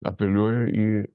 apeliuoja į